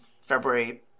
February